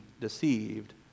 deceived